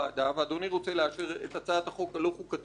ואדוני רוצה לאשר את הצעת החוק הלא חוקתית הזאת